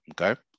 okay